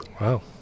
Wow